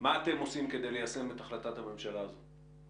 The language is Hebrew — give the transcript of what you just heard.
מה אתם עושים כדי ליישם את החלטת הממשלה הזו?